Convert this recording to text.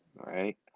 right